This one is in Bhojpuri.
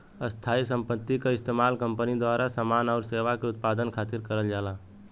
स्थायी संपत्ति क इस्तेमाल कंपनी द्वारा समान आउर सेवा के उत्पादन खातिर करल जाला